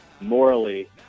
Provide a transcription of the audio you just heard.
morally